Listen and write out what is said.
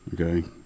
Okay